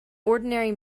ordinary